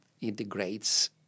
integrates